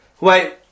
Wait